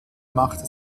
machte